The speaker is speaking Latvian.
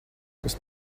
kas